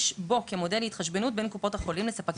בו במודל התחשבנות בין קופות החולים לספקים אחרים.